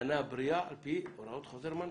מנה בריאה על פי הוראות חוזר מנכ"ל.